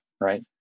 right